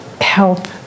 help